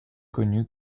connu